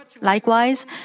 Likewise